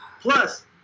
plus